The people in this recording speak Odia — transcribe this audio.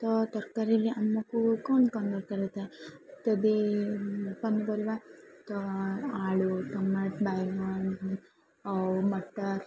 ତ ତରକାରୀରେ ଆମକୁ କ'ଣ କ'ଣ ଦରକାର ଥାଏ ତେବେ ପନିପରିବା ତ ଆଳୁ ଟମାଟୋ ବାଇଗଣ ଆଉ ମଟର୍